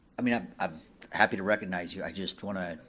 i mean i'm i'm happy to recognize you, i just wanna